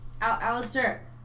Alistair